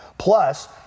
Plus